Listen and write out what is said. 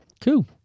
cool